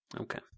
Okay